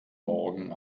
morgen